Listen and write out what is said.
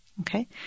Okay